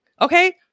okay